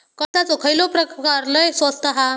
कणसाचो खयलो प्रकार लय स्वस्त हा?